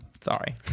Sorry